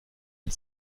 und